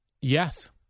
Yes